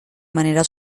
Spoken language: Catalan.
manera